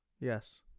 Yes